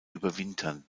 überwintern